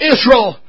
Israel